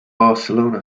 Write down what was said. barcelona